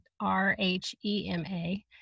R-H-E-M-A